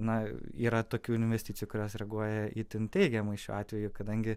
na yra tokių investicijų kurios reaguoja itin teigiamai šiuo atveju kadangi